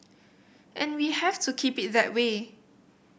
and we have to keep it that way